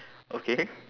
okay